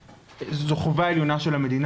אני חושב שזו חובה עליונה של המדינה